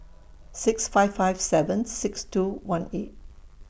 six five five seven six two one eight